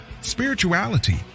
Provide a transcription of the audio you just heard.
spirituality